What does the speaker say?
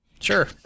Sure